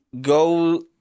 go